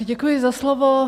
Děkuji za slovo.